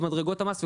ומדרגות המס,